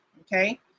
Okay